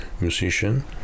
musician